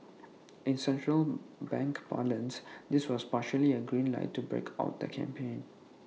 in central bank parlance this was practically A green light to break out the champagne